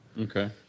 Okay